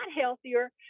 healthier